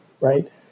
right